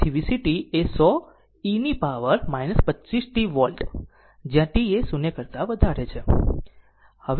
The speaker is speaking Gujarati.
તેથી VCt એ 100 e ની પાવર 25t વોલ્ટ જ્યાં t એ 0 કરતા વધારે છે